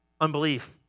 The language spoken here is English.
Unbelief